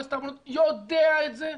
יודע את זה.